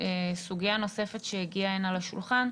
סוגיה נוספת שהגיעה לשולחן.